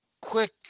Quick